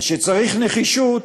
אז כשצריך נחישות